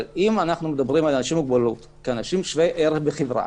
אבל אם אנחנו מדברים על אנשים עם מוגבלות כאנשים שווי ערך בחברה,